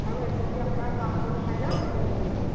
আৰু এক কপি আপোনাৰ পাছপৰ্ট ছাইজৰ ফটো দিব লাগিব